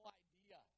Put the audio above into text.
idea